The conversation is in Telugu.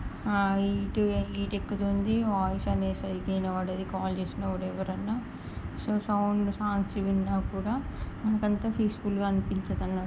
హీటు హీట్ ఎక్కుతుంది వాయిస్ అనేది సరిగ్విగానపడదు కాల్ చేసినా కూడా ఎవరైనా సో సౌండ్ సాంగ్స్ విన్నా కూడా మనకు అంత పీస్ఫుల్గా అనిపించదన